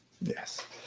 yes